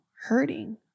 hurting